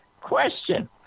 question